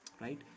right